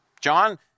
John